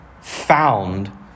found